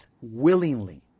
willingly